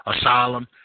asylum